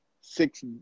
six